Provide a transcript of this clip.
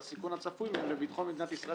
לסיכון הצפוי מהם לביטחון מדינת ישראל,